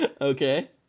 Okay